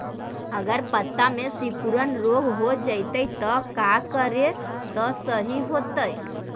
अगर पत्ता में सिकुड़न रोग हो जैतै त का करबै त सहि हो जैतै?